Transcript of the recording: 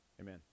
amen